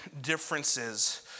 differences